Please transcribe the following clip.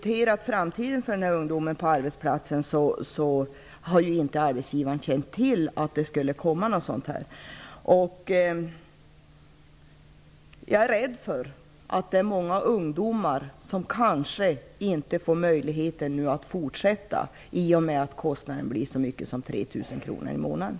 När framtiden för ungdomarna på arbetsplatserna har diskuterats har arbetsgivaren inte känt till att det kommer att tas ut en finansieringsavgift. Jag är rädd för att många ungdomar kanske inte får möjlighet att fortsätta i och med att kostnaden blir så hög som 3 000 kronor i månaden.